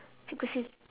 so kesian